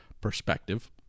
perspective